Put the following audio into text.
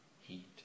heat